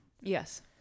yes